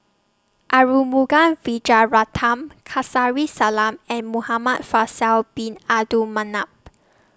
Arumugam Vijiaratnam Kamsari Salam and Muhamad Faisal Bin Abdul Manap